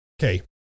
okay